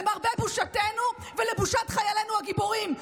למרבה בושתנו ולבושת חיילינו הגיבורים.